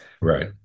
Right